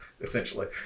essentially